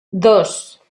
dos